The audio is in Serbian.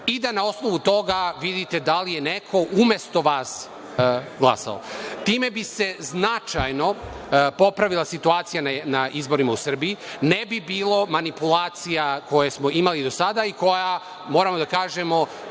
i da na osnovu toga vidite da li je neko umesto vas glasao. Time bi se značajno popravila situacija na izborima u Srbiji. Ne bi bilo manipulacija koje smo imali do sada i kojih, moramo da kažemo,